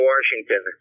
Washington